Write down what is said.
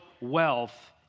wealth